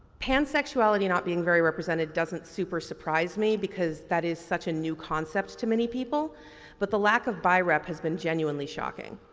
pansexuality not being very represented doesn't super-surprise me because that is such a new concept to many people but the lack of bi-rep has been genuinely shocking.